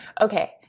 Okay